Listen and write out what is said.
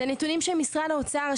אלו נתונים של משרד האוצר,